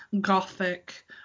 gothic